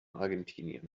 argentinien